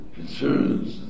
concerns